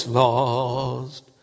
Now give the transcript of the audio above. lost